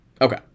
okay